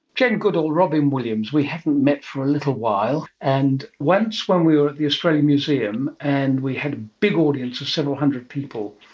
jane goodall, robyn williams. we haven't met for a little while, and once when we were at the australian museum and we had a big audience of several hundred people,